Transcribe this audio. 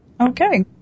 Okay